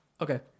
Okay